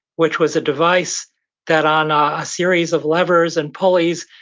which was a device that on a series of levers and pulleys,